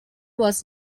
was